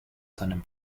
seinem